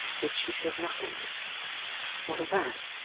yet she says nothing what of that?